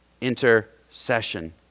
intercession